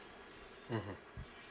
mmhmm